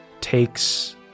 takes